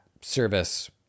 service